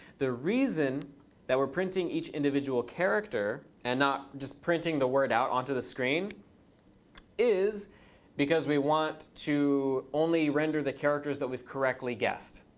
the reason that we're printing each individual character and not just printing the word out onto the screen is because we want to only render the characters that we've correctly guessed.